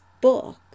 book